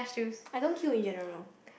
I don't queue in general